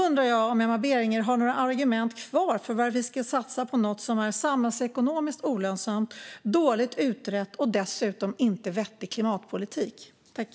Har Emma Berginger några argument kvar för varför vi ska satsa på något som är samhällsekonomiskt olönsamt, dåligt utrett och dessutom inte vettig klimatpolitik?